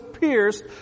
pierced